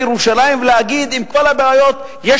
ירושלים ולהגיד: עם כל הבעיות בביטחון,